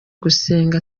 gusenga